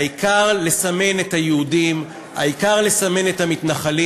העיקר לסמן את היהודים, העיקר לסמן את המתנחלים.